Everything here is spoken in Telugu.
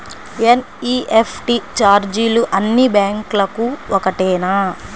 ఎన్.ఈ.ఎఫ్.టీ ఛార్జీలు అన్నీ బ్యాంక్లకూ ఒకటేనా?